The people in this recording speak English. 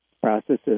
processes